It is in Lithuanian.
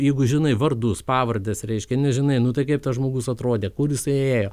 jeigu žinai vardus pavardes reiškia nežinai nu tai kaip tas žmogus atrodė kur jisai ėjo